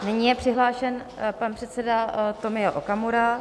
Nyní je přihlášen pan předseda Tomio Okamura.